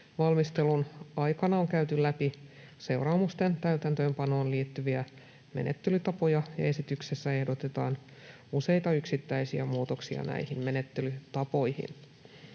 Valmistelun aikana on käyty läpi seuraamusten täytäntöönpanoon liittyviä menettelytapoja, ja esityksessä ehdotetaan useita yksittäisiä muutoksia näihin menettelytapoihin.